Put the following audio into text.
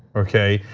okay?